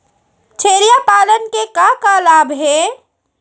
छेरिया पालन के का का लाभ हे?